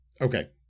okay